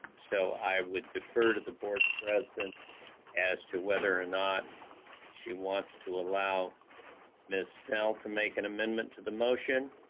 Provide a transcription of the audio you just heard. so i would defer to the board president as to whether or not she wants to allow ms. snell to make an amendment to the motion,